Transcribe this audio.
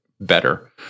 better